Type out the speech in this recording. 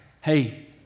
hey